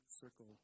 circle